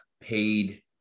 paid